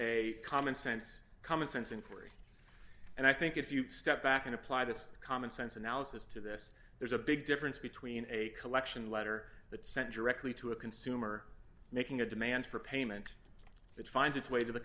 a commonsense commonsense inquiry and i think if you step back and apply this commonsense analysis to this there's a big difference between a collection letter that sent directly to a consumer making a demand for payment it finds its way to the